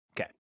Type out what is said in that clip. Okay